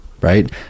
Right